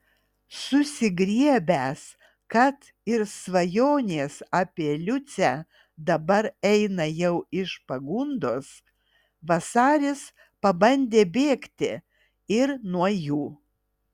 susigriebęs kad ir svajonės apie liucę dabar eina jau iš pagundos vasaris pabandė bėgti ir nuo jų